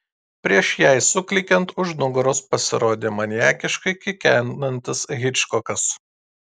prieš jai suklykiant už nugaros pasirodė maniakiškai kikenantis hičkokas